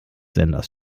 senders